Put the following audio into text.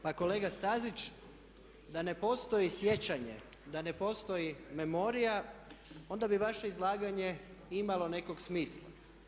Pa kolega Stazić, da ne postoji sjećanje, da ne postoji memorija, onda bi vaše izlaganje imalo nekog smisla.